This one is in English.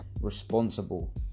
Responsible